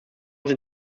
sind